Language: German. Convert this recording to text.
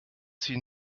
sie